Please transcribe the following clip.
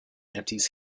empties